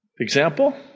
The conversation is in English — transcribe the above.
Example